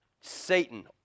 Satan